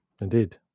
Indeed